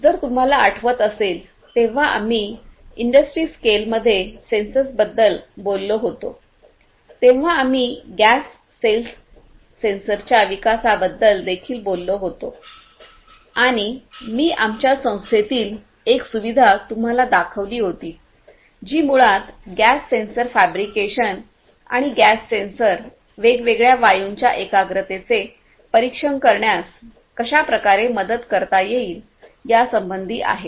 जर तुम्हाला आठवत असेल जेव्हा आम्ही इंडस्ट्री स्केलमध्ये सेन्सर्सबद्दल बोललो होतो तेव्हा आम्ही गॅस सेल्स सेन्सरच्या विकासाबद्दल देखील बोललो होतो आणि मी आमच्या संस्थेतली एक सुविधा तुम्हाला दाखविली होती जी मुळात गॅस सेन्सर फॅब्रिकेशन आणि गॅस सेन्सर वेगवेगळ्या वायूंच्या एकाग्रतेचे परीक्षण करण्यास कशा प्रकारे मदत करता येईल यासंबंधी आहे